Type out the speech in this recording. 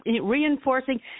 reinforcing